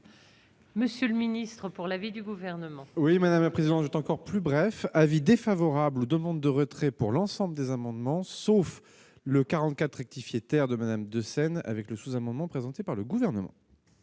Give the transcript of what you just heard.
Monsieur le ministre pour l'avis du gouvernement. Oui, madame la présidente, je t'encore plus bref avis défavorable aux demandes de retrait pour l'ensemble des amendements, sauf le 44 rectifié, terre de madame de scène avec le sous-amendement présenté par le gouvernement.